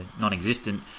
non-existent